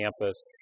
campus